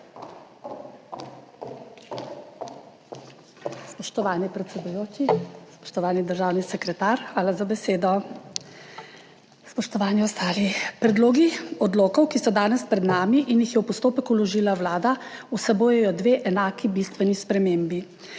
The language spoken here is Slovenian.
Spoštovani predsedujoči, spoštovani državni sekretar, spoštovani ostali! Predlogi odlokov, ki so danes pred nami in jih je v postopek vložila Vlada, vsebujejo dve enaki bistveni spremembi.